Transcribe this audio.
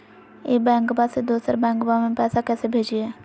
ई बैंकबा से दोसर बैंकबा में पैसा कैसे भेजिए?